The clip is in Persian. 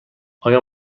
آیا